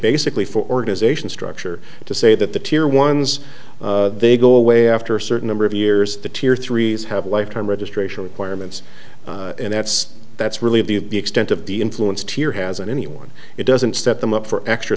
basically for organisations structure to say that the tear ones they go away after a certain number of years the tear threes have lifetime registration requirements and that's that's really the extent of the influenced here hasn't anyone it doesn't set them up for extra